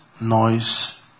noise